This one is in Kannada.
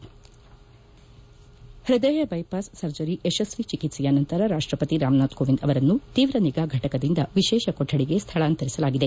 ಪ್ಠದಯ ಬೈಪಾಸ್ ಸರ್ಜರಿ ಯಶಸ್ವಿ ಚಿಕಿತ್ಸೆಯ ನಂತರ ರಾಷ್ಟಪತಿ ರಾಮನಾಥ ಕೋಎಂದ್ ಅವರನ್ನು ತೀವ್ರ ನಿಗಾಘಟಕದಿಂದ ವಿಶೇಷ ಕೊಠಡಿಗೆ ಸ್ಥಳಾಂತರಿಸಲಾಗಿದೆ